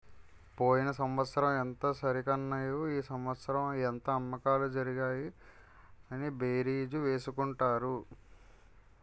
పోయిన సంవత్సరం ఎంత సరికన్నాము ఈ సంవత్సరం ఎంత అమ్మకాలు జరిగాయి అని బేరీజు వేసుకుంటారు